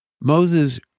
Moses